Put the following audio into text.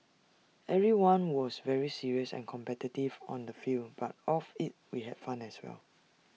everyone was very serious and competitive on the field but off IT we had fun as well